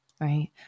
right